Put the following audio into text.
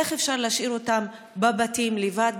איך אפשר להשאיר אותם בבתים לבד,